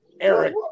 Eric